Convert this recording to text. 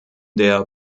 der